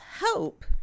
hope